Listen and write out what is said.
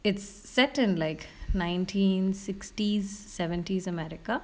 it's set in like nineteen sixties seventies america